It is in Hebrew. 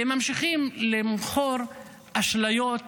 וממשיכים למכור אשליות